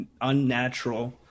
unnatural